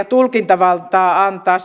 tulkintavaltaa antaa